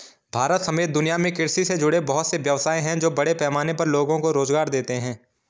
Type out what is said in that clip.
भारत समेत दुनिया में कृषि से जुड़े बहुत से व्यवसाय हैं जो बड़े पैमाने पर लोगो को रोज़गार देते हैं